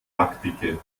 lackdicke